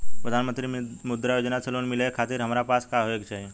प्रधानमंत्री मुद्रा योजना से लोन मिलोए खातिर हमरा पास का होए के चाही?